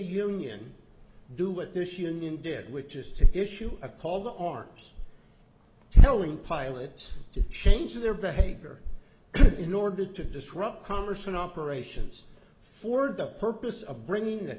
union do what this union did which is to issue a call the arms telling pilots to change their behavior in order to disrupt commerce in operations for the purpose of bringing